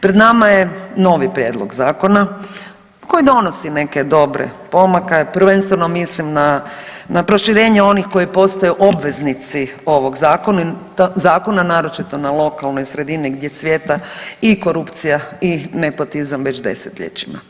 Pred nama je novi prijedlog zakona koji donosi neke dobre pomake, prvenstveno mislim na, na proširenje onih koji postaju obveznici ovog zakona, naročito na lokalnoj sredini gdje cvjeta i korupcija i nepotizam već 10-ljećima.